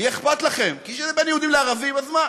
יהיה אכפת לכם, כי כשזה בין יהודים לערבים, אז מה?